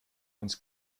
uns